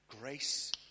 grace